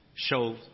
Show